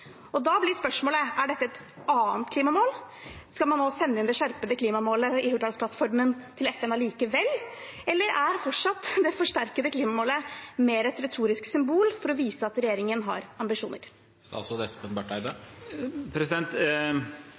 Da blir spørsmålet: Er dette et annet klimamål? Skal man nå sende inn det skjerpede klimamålet i Hurdalsplattformen til FN allikevel? Eller er fortsatt det forsterkede klimamålet mer et retorisk symbol for å vise at regjeringen har ambisjoner?